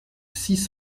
six